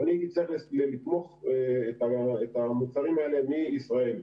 ואני הייתי צריך לתמוך את המוצרים האלה מישראל.